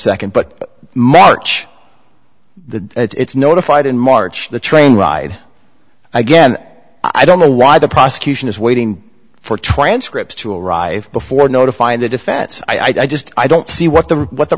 second but march the it's notified in march the train ride again i don't know why the prosecution is waiting for transcripts to arrive before notifying the defense i just i don't see what the what the